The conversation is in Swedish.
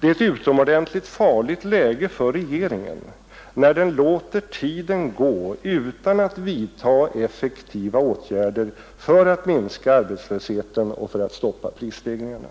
Det är ett utomordentligt farligt läge för regeringen när den låter tiden gå utan att vidta effektiva åtgärder för att minska arbetslösheten och för att stoppa prisstegringarna.